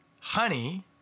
honey